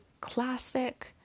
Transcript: classic